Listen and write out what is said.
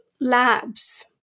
labs